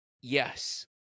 yes